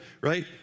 right